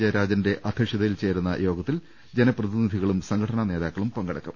ജയരാജന്റെ അധ്യക്ഷതയിൽ ചേരുന്ന യോഗത്തിൽ ജനപ്രതിനിധികളും സംഘടനാ നേതാക്കളും പങ്കെടുക്കും